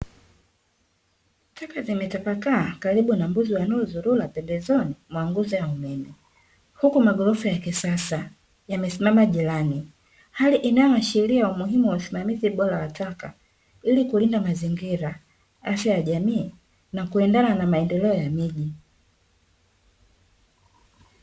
Taka zimetapakaa karibu na mbuzi wanaozurura pembezoni mwa nguzo za umeme, huku magorofa ya kisasa yamesimama jirani ,hali inayoashiria umuhimu wa usimamizi bora wa taka ili kulinda mazingira, afya ya jamii na kulindana na maendeleo ya miji .